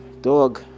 dog